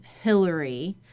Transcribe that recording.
Hillary